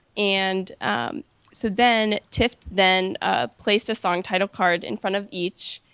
and so then tiff then ah placed a song title card in front of each,